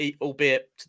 Albeit